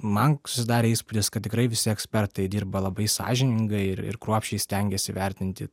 man susidarė įspūdis kad tikrai visi ekspertai dirba labai sąžiningai ir ir kruopščiai stengiasi įvertinti